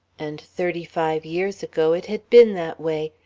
and thirty-five years ago it had been that way,